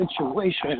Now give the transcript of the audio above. situation